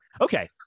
Okay